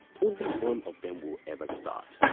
only one of them will ever start.